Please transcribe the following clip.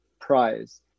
prize